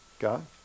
God